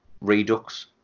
Redux